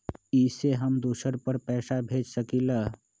इ सेऐ हम दुसर पर पैसा भेज सकील?